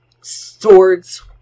swords